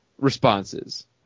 Responses